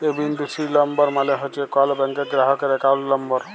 এ বিন্দু সি লম্বর মালে হছে কল ব্যাংকের গেরাহকের একাউল্ট লম্বর